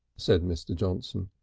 said mr. johnson.